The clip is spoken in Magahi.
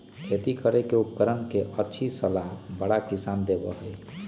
खेती करे के उपकरण के अच्छी सलाह बड़ा किसान देबा हई